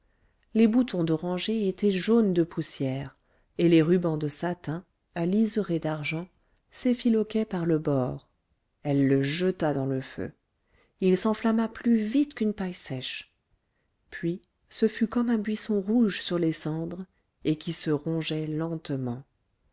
les boutons d'oranger étaient jaunes de poussière et les rubans de satin à liséré d'argent s'effiloquaient par le bord elle le jeta dans le feu il s'enflamma plus vite qu'une paille sèche puis ce fut comme un buisson rouge sur les cendres et qui se rongeait lentement